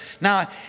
Now